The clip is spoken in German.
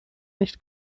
nicht